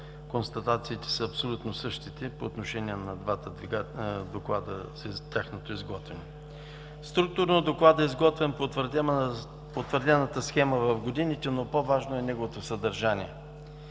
констатациите са абсолютно същите по отношение на двата доклада – тяхното изготвяне. Структурно докладът е изготвен по утвърдената схема в годините, но по-важно е неговото съдържание.